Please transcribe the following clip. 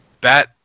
bat